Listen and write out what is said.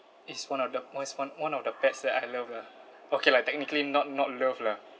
it's one of the most one one of the pets that I love lah okay lah technically not not love lah